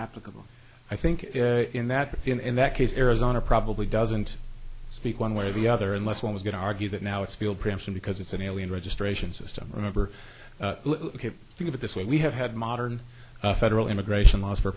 applicable i think in that in that case arizona probably doesn't speak one way or the other unless one is going to argue that now it's field preemption because it's an alien registration system remember think of it this way we have had modern federal immigration laws for